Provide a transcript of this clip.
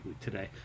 today